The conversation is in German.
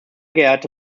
geehrte